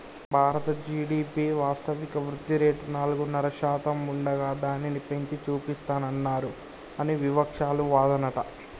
భారత జి.డి.పి వాస్తవిక వృద్ధిరేటు నాలుగున్నర శాతం ఉండగా దానిని పెంచి చూపిస్తానన్నారు అని వివక్షాలు వాదనట